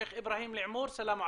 שייח' אבראהים אלעמור, סלאם עליכום.